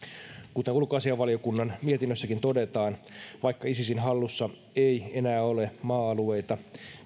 ulkoasiainvaliokunnan mietinnössäkin todetaan että vaikka isisin hallussa ei enää ole maa alueita